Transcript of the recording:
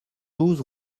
douze